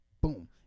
Boom